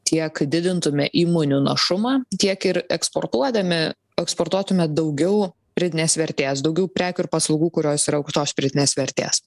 tiek didintume įmonių našumą tiek ir eksportuodami eksportuotume daugiau pridėtinės vertės daugiau prekių ir paslaugų kurios ir aukštos pridėtinės vertės